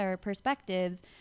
perspectives